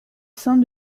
saint